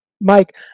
Mike